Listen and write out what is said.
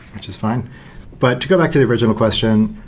which is fine but to go back to the original question,